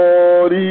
Lord